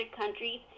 countries